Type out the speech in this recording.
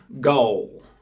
goal